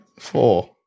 Four